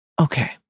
Okay